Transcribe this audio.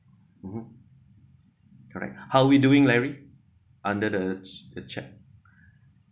mmhmm correct how we doing larry under the the chat